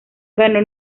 ganó